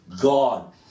God